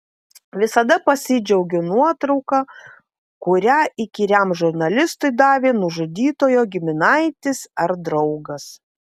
visada pasidžiaugiu nuotrauka kurią įkyriam žurnalistui davė nužudytojo giminaitis ar draugas